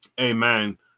amen